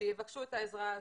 שיבקשו את העזרה הזאת.